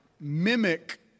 Mimic